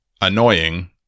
annoying